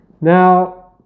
Now